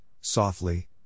softly